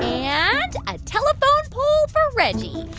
yeah and a telephone pole for reggie